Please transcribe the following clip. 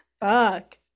fuck